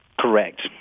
Correct